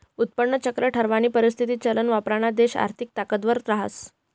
उत्पन्न वक्र ठरावानी परिस्थिती चलन वापरणारा देश आर्थिक ताकदवर रहास